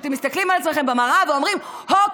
כשאתם מסתכלים על עצמכם במראה ואומרים: הו,